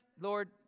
lord